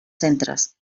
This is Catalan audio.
centres